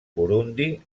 burundi